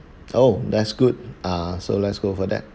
oh that's good ah so let's go for that